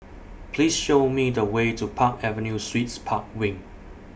Please Show Me The Way to Park Avenue Suites Park Wing